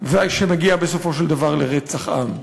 שמגיע בסופו של דבר לרצח עם.